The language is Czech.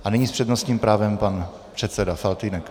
A nyní s přednostním právem pan předseda Faltýnek.